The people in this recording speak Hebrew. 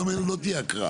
היום לא תהיה הקראה.